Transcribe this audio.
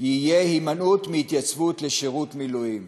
יהיה הימנעות מהתייצבות לשירות מילואים".